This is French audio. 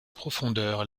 profondeur